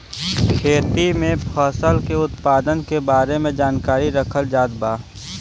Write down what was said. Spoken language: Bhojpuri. खेती में फसल के उत्पादन के बारे में जानकरी रखल जात बा